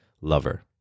lover